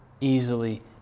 easily